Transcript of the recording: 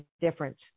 difference